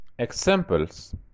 Examples